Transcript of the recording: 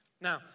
Now